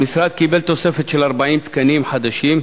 המשרד קיבל תוספת של 40 תקנים חדשים,